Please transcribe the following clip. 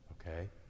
okay